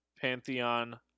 pantheon